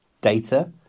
data